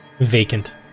vacant